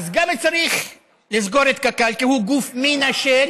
אז גם צריך לסגור את קק"ל כי הוא גוף מנשל.